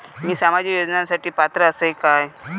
मी सामाजिक योजनांसाठी पात्र असय काय?